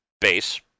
base